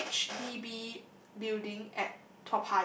to the H_D_B building at